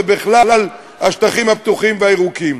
זה בכלל השטחים הפתוחים והירוקים.